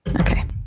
Okay